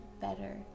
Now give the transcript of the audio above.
better